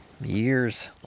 Years